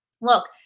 look